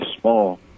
small